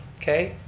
okay,